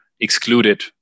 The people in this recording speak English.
excluded